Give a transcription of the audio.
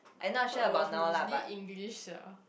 I thought it was mostly English sia